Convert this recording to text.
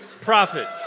profit